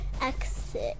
Exit